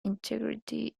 integrity